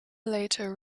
later